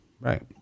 Right